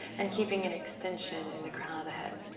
and keeping an extension in the crown of the head.